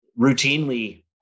routinely